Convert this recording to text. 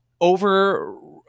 over